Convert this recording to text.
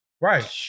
Right